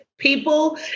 People